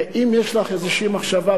ואם יש לך איזושהי מחשבה,